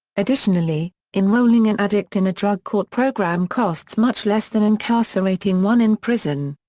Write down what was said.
additionally, enrolling an addict in a drug court program costs much less than incarcerating one in prison.